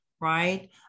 right